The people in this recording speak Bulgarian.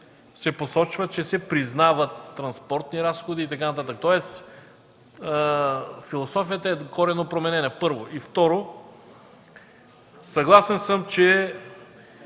се посочва, че се признават транспортни разходи и така нататък. Философията е корено променена – първо, и второ, съгласен съм да